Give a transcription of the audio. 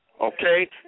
okay